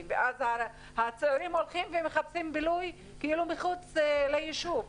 ואז הצעירים הולכים ומחפשים בילוי מחוץ ליישוב.